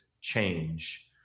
change